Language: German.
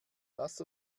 lass